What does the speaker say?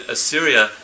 Assyria